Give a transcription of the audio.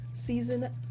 Season